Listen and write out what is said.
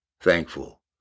thankful